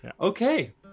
Okay